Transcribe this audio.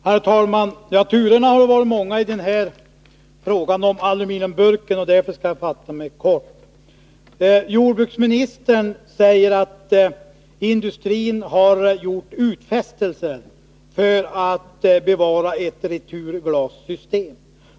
Herr talman! Turerna har varit många i frågan om aluminiumburken, och därför skall jag fatta mig kort. Jordbruksministern säger att industrin har gjort utfästelser att bevara ett returglassystem.